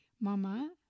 Mama